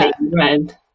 red